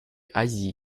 азии